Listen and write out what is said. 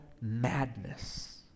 madness